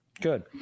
Good